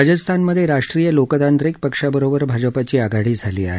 राजस्थानमधे राष्ट्रीय लोकतांत्रिक पक्षाबरोबर भाजपाची आघाडी झाली आहे